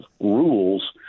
rules